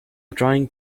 trying